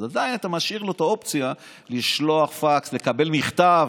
אז עדיין אתה משאיר להם את האופציה לשלוח פקס או לקבל מכתב.